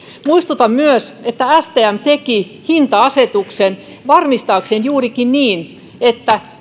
muistutan myös että stm teki hinta asetuksen varmistaakseen juurikin sen että